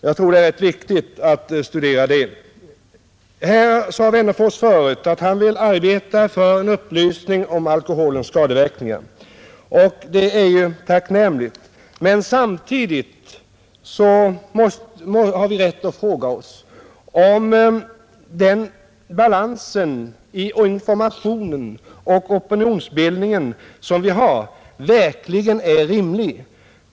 Herr Wennerfors sade förut att han vill arbeta för upplysning om alkoholens skadeverkningar, och det är tacknämligt. Men samtidigt har vi rätt att fråga oss om den balans i informationen och opinionsbildningen som vi har verkligen är rimlig.